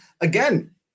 again